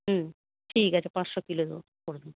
হ্যাঁ ঠিক আছে পাঁচশো কিলো করে দেবো